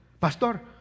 Pastor